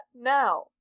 now